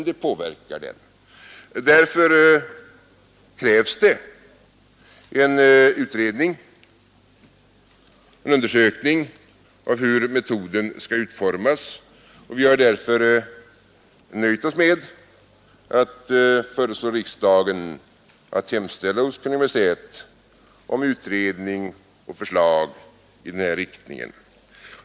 Därför krävs det en undersökning av hur metoden skall utformas, och därför har vi nöjt oss med att föreslå riksdagen att hemställa hos Kungl. Maj:t om utredning och förslag i denna riktning.